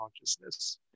consciousness